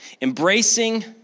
Embracing